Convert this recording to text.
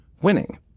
winning